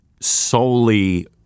solely